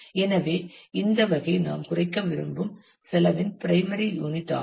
எனவே இந்த வகை நாம் குறைக்க விரும்பும் செலவின் பிரைமரி யூனிட் ஆகும்